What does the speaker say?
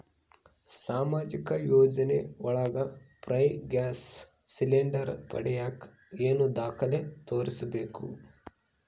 ಸಾಮಾಜಿಕ ಯೋಜನೆ ಒಳಗ ಫ್ರೇ ಗ್ಯಾಸ್ ಸಿಲಿಂಡರ್ ಪಡಿಯಾಕ ಏನು ದಾಖಲೆ ತೋರಿಸ್ಬೇಕು?